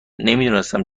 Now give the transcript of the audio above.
نمیدونستم